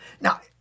Now